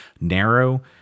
narrow